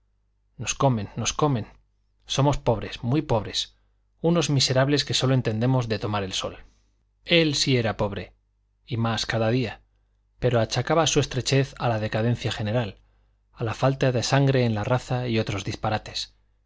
nos comen nos comen somos pobres muy pobres unos miserables que sólo entendemos de tomar el sol él sí era pobre y más cada día pero achacaba su estrechez a la decadencia general a la falta de sangre en la raza y otros disparates